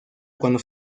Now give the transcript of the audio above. cuando